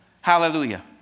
Hallelujah